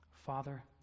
Father